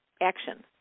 action